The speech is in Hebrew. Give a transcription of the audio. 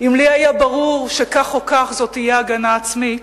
אם לי היה ברור שכך או כך זאת תהיה הגנה עצמית,